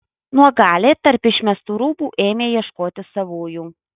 nuogalė tarp išmestų rūbų ėmė ieškoti savųjų